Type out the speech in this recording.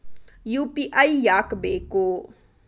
UPI ಯಾಕ್ ಬೇಕು?